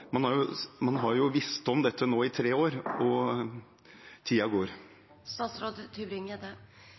Man har jo visst om dette nå i tre år – og